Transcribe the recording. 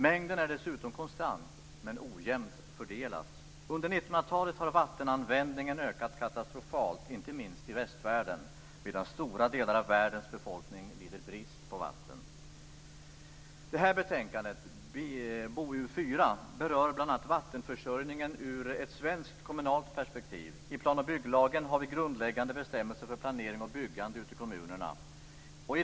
Mängden är dessutom konstant, men ojämnt fördelad. Under 1900-talet har vattenanvändningen ökat katastrofalt, inte minst i västvärlden, medan stora delar av världens befolkning lider brist på vatten. Det här betänkandet, BoU4, berör bl.a. vattenförsörjningen ur ett svenskt kommunalt perspektiv. I plan och bygglagen har vi grundläggande bestämmelser för planering och byggande ute i kommunerna.